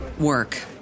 work